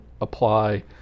apply